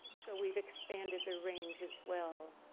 so we've expanded their range as well.